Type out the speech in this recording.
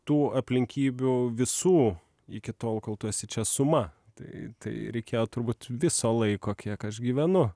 tų aplinkybių visų iki tol kol tu esi čia suma tai tai reikėjo turbūt viso laiko kiek aš gyvenu